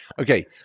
Okay